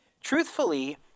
truthfully